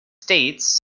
states